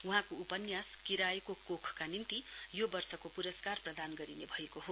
वहाँको उपन्यास किरायको कोख का निम्ति यो वर्षको पुरस्कार प्रदान गरिने भएको हो